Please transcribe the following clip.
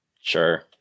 Sure